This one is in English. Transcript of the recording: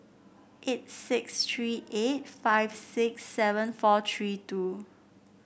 eight six tree eight five six seven four tree two